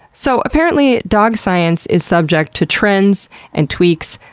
so apparently dog science is subject to trends and tweaks,